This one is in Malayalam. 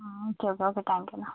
ആ okay okay okay thank you എന്നാൽ